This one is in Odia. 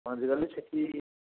ପହଞ୍ଚିଗଲି ସେଠି